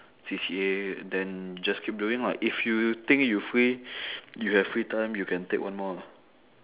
C_C_A and then you just keep doing lah if you you think you free you have free time you can take one more ah